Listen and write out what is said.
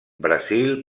brasil